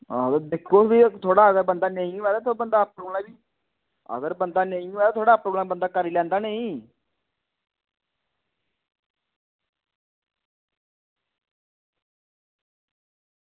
हां ते दिक्खो ते सेही अगर थोह्ड़ा अगर बंदा नेईं होऐ ते तुस बंदा अपने कोला बी अगर बंदा नेईं होऐ ते थोह्ड़ा अपने कोला बंदा करी लैंदा नेईं